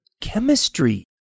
chemistry